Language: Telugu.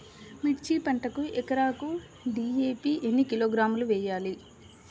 మిర్చి పంటకు ఎకరాకు డీ.ఏ.పీ ఎన్ని కిలోగ్రాములు వేయాలి?